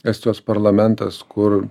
estijos parlamentas kur